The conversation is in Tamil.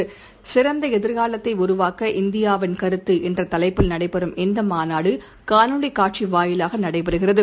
சிறந்தஎதிர்காலத்தைஉருவாக்க இந்தியாவின் கருத்து என்றதலைப்பில் நடைபெறும் இந்தமாநாடுகாணொலிகாட்சிவாயிலாகநடைபெறுகிறது